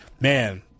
man